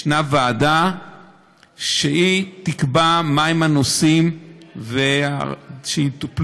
יש ועדה שתקבע מהם הנושאים שיטופלו,